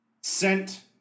sent